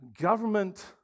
Government